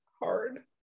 hard